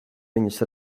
viņus